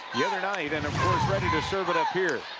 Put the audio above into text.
the other night and ready to serve it up here